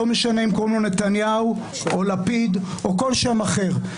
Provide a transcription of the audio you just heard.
לא משנה אם קוראים לו "נתניהו" או "לפיד" או כל שם אחר,